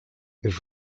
was